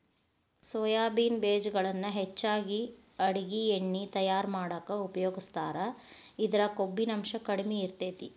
soybean ಬೇಜಗಳನ್ನ ಹೆಚ್ಚಾಗಿ ಅಡುಗಿ ಎಣ್ಣಿ ತಯಾರ್ ಮಾಡಾಕ ಉಪಯೋಗಸ್ತಾರ, ಇದ್ರಾಗ ಕೊಬ್ಬಿನಾಂಶ ಕಡಿಮೆ ಇರತೇತಿ